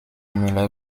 müller